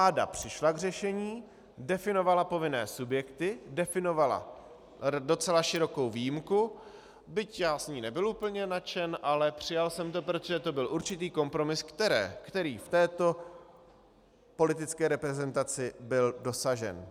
Vláda přišla k řešení, definovala povinné subjekty, definovala docela širokou výjimku, byť já jí nebyl úplně nadšen, ale přijal jsem to, protože to byl určitý kompromis, který v této politické reprezentaci byl dosažen.